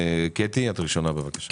קטי את ראשונה בבקשה.